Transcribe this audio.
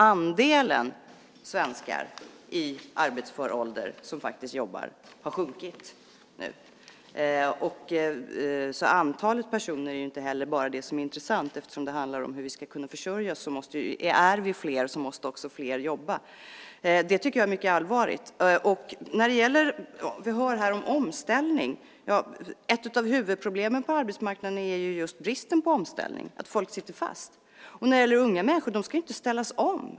Andelen svenskar i arbetsför ålder som faktiskt jobbar har därmed sjunkit. Antalet personer är inte heller bara det som är intressant. Det handlar om hur vi ska kunna försörja oss, och är vi fler måste också fler jobba. Detta tycker jag är mycket allvarligt. Vi hör här talas om omställning. Ett av huvudproblemen på arbetsmarknaden är ju just bristen på omställning, att folk sitter fast. Och när det gäller unga människor ska de inte ställas om.